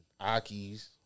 Akis